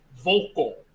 vocal